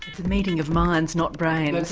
the meeting of minds not brains.